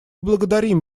благодарим